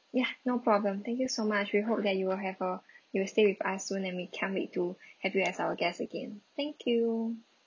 ya no problem thank you so much we hope that you will have a you'll stay with us soon and we can't wait to have you as our guest again thank you